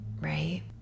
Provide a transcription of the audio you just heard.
right